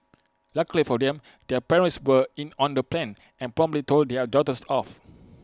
luckily for them their parents were in on the plan and promptly told their daughters off